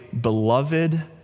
beloved